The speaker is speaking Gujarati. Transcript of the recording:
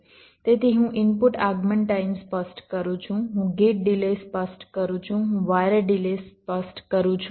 તેથી હું ઇનપુટ આગમન ટાઈમ સ્પષ્ટ કરું છું હું ગેટ ડિલે સ્પષ્ટ કરું છું હું વાયર ડિલે સ્પષ્ટ કરું છું